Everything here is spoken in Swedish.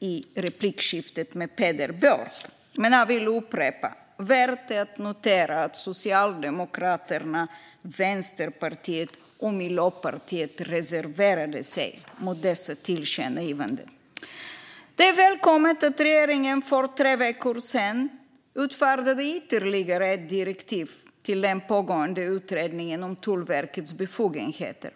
i replikskiftet med Peder Björk, men jag vill upprepa att det är värt att notera att Socialdemokraterna, Vänsterpartiet och Miljöpartiet reserverade sig mot dessa tillkännagivanden. Det är välkommet att regeringen för tre veckor sedan utfärdade ytterligare ett direktiv till den pågående utredningen om Tullverkets befogenheter.